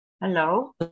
Hello